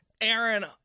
Aaron